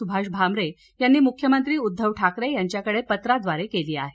सुभाष भामरे यांनी केली मुख्यमंत्री उद्घव ठाकरे यांच्याकडे पत्राद्वारे केली आहे